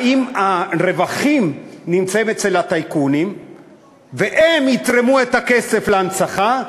האם הרווחים נמצאים אצל הטייקונים והם יתרמו את הכסף להנצחה,